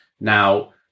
Now